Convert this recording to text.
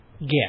get